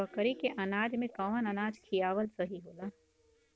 बकरी के अनाज में कवन अनाज खियावल सही होला?